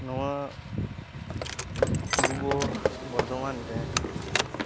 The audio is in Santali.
ᱱᱚᱶᱟ ᱯᱩᱨᱵᱚ ᱵᱚᱨᱫᱷᱚᱢᱟᱱᱨᱮ